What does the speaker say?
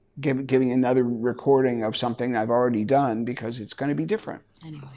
giving giving another recording of something i've already done because it's going to be different.